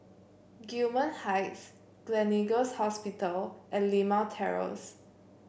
Gillman Heights Gleneagles Hospital and Limau Terrace